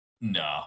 No